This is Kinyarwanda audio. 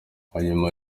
hanyuma